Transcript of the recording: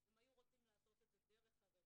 הם היו רוצים לעשות את זה דרך הרשת,